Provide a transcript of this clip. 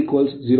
ಆದ್ದರಿಂದ Z 0